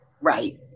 right